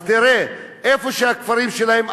אז תראה: איפה שהכפרים שלהם,